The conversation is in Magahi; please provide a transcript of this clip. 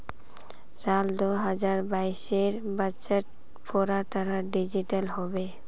साल दो हजार बाइसेर बजट पूरा तरह डिजिटल हबे